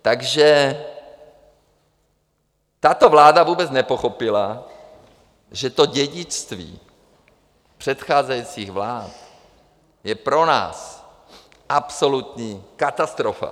Takže tato vláda vůbec nepochopila, že dědictví předcházejících vlád je pro nás absolutní katastrofa.